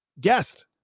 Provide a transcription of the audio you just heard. guest